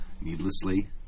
needlessly